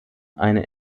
eine